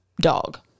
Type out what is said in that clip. dog